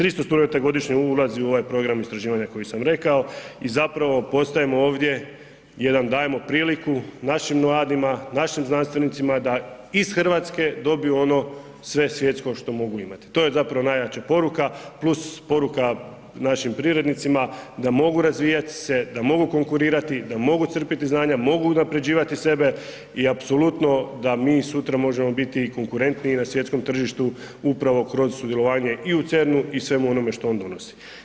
300 studenata godišnje ulazi u ovaj program istraživanja koji sam rekao i zapravo postajemo ovdje jedan, dajemo priliku našim mladima, našim znanstvenicima da iz RH dobiju ono sve svjetsko što mogu imati, to je zapravo najjača poruka plus poruka našim privrednicima da mogu razvijat se, da mogu konkurirati, da mogu crpiti znanja, mogu unapređivati sebe i apsolutno da mi sutra možemo biti i konkurentniji na svjetskom tržištu upravo kroz sudjelovanje i u CERN-u i svemu onome što on donosi.